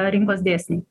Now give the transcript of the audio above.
rinkos dėsniai